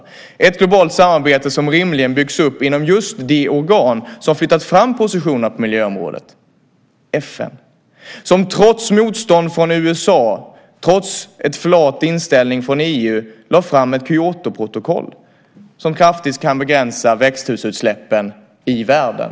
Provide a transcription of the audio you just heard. Detta globala samarbete byggs rimligen upp inom just det organ som flyttat fram positionerna på miljöområdet - FN. FN har trots motstånd från USA och en flat inställning från EU lagt fram ett Kyotoprotokoll som kraftigt kan begränsa växthusutsläppen i världen.